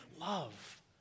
love